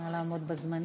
נא לעמוד בזמנים.